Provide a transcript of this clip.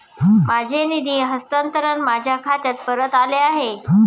माझे निधी हस्तांतरण माझ्या खात्यात परत आले आहे